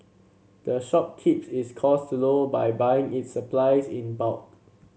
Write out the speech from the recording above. the shop keeps its costs low by buying its supplies in bulk